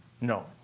No